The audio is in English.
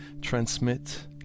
transmit